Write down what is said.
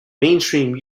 mainstream